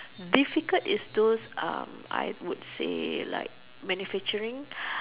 difficult is those um I would say like manufacturing